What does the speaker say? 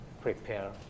prepare